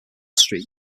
street